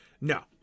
no